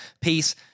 peace